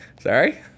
sorry